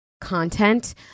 content